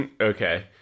Okay